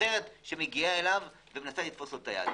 שוטרת שמגיעה אלינו ומנסה לתפוס לו את היד.